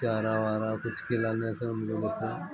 चारा वारा कुछ खिलाने से हम लोग उसे